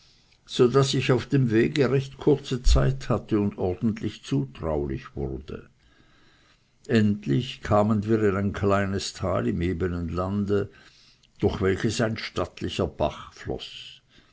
so daß ich auf dem wege recht kurze zeit hatte und ordentlich zutraulich wurde endlich kamen wir in ein kleines tal im ebenen lande durch welches ein stattlicher bach floß